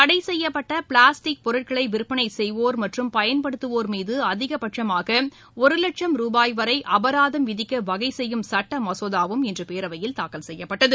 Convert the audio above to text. தடை செய்யப்பட்ட பிளாஸ்டிக் பொருட்களை விற்பனை செய்வோர் மற்றும் பயன்படுத்துவோர் மீது அதிகபட்சமாக ஒரு லட்சம் ரூபாய் வரை அராதம் விதிக்க வகை செய்யும் சுட்ட மசோதாவும் இன்று பேரவையில் தாக்கல் செய்யப்பட்டது